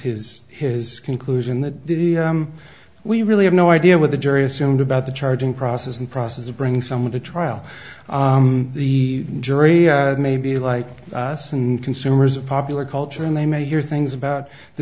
his his conclusion that the we really have no idea what the jury assumed about the charging process and process of bringing someone to trial the jury may be like us and consumers of popular culture and they may hear things about the